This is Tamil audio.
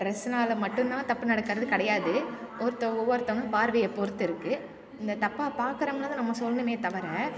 ட்ரெஸ்ஸுனால் மட்டுந்தான் தப்பு நடக்கிறது கிடையாது ஒருத்தர் ஒவ்வொருத்தங்க பார்வையைப் பொறுத்து இருக்குது இந்த தப்பாக பாக்கறவங்கள தான் நம்ம சொல்லணுமே தவிர